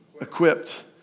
equipped